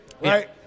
right